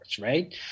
right